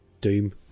Doom